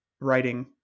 writing